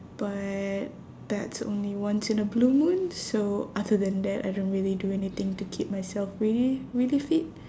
but that's only once in a blue moon so other than that I don't really do anything to keep myself really really fit